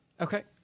Okay